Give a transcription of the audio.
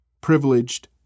privileged